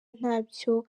ntacyo